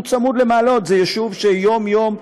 זה יישוב שיום-יום,